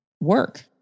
work